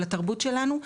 לתרבות שלנו,